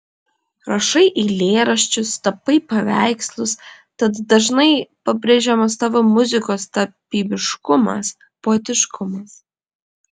rašai eilėraščius tapai paveikslus tad dažnai pabrėžiamas tavo muzikos tapybiškumas poetiškumas